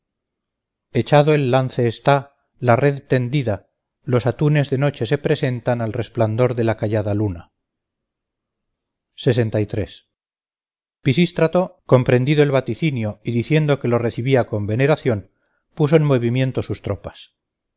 echado el lance está la red tendida los atunes de noche se presentan al resplandor de la callada luna pisístrato comprendido el vaticinio y diciendo que lo recibía con veneración puso en movimiento sus tropas